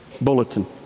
bulletin